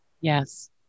yes